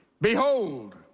behold